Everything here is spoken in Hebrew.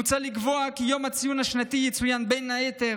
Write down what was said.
מוצע לקבוע כי יום הציון השנתי יצוין בין היתר